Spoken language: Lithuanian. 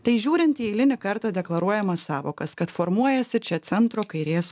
tai žiūrint į eilinį kartą deklaruojamas sąvokas kad formuojasi čia centro kairės